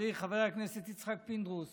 לחברי חבר הכנסת יצחק פינדרוס